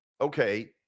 okay